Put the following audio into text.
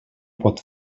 pot